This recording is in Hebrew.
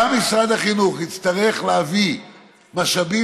גם משרד החינוך יצטרך להביא משאבים